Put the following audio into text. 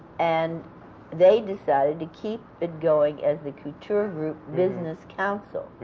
and they decided to keep it going as the couture group business council.